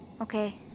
Okay